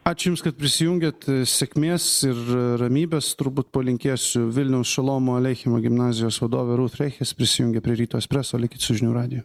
ačiū jums kad prisijungėt sėkmės ir r ramybės turbūt palinkėsiu vilniaus šolomo aleichemo gimnazijos vadovė ruth reches prisijungė prie ryto espreso likit su žinių radiju